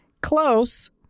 close